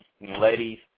ladies